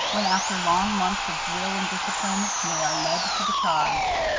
when, after long months of drill and discipline, they are led to the charge.